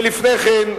ולפני כן,